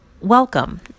Welcome